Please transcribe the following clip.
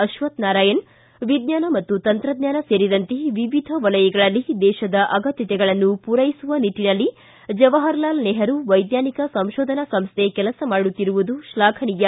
ಅಶ್ವಥ್ ನಾರಾಯಣ ವಿಜ್ವಾನ ಮತ್ತು ತಂತ್ರಜ್ವಾನ ಸೇರಿದಂತೆ ವಿವಿಧ ವಲಯಗಳಲ್ಲಿ ದೇತದ ಅಗತ್ಯಗಳನ್ನು ಪೂರೈಸುವ ನಿಟ್ಟನಲ್ಲಿ ಜವಾಹರಲಾಲ್ ನೆಹರೂ ವೈಜ್ಞಾನಿಕ ಸಂಶೋಧನಾ ಸಂಶೈ ಕೆಲಸ ಮಾಡುತ್ತಿರುವುದು ಶ್ಲಾಘನೀಯ